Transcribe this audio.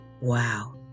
Wow